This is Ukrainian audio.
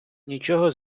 нічого